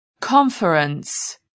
conference